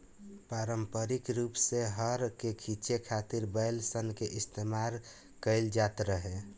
पारम्परिक रूप से हल के खीचे खातिर बैल सन के इस्तेमाल कईल जाट रहे